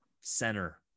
center